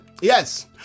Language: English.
yes